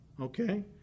Okay